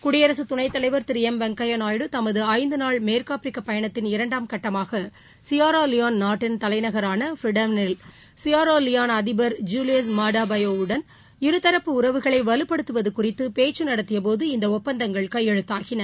குடியரசு துணைத் தலைவர் திரு எம் வெங்கைய நாயுடு தமது ஐந்து நாள் மேற்காப்பிரிக்க பயணத்தின் இரண்டாம் கட்டமாக சியாரா லியோன் நாட்டின் தலைநகரான ஃபிரிடவினில் Sierra Leone Julius Maada Bio வுடன் இருதரப்பு உறவுகளை வலுப்படுத்துவது குறித்து பேக்க அதிபர் நடத்தியபோது இந்த ஒப்பந்தங்கள் கையெழுத்தாகின